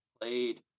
Played